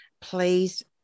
please